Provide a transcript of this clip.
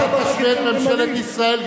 אל תשווה את ממשלת ישראל,